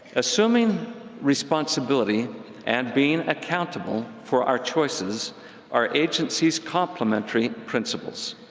assuming responsibility and being accountable for our choices are agency's complementary principles.